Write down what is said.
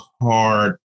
hard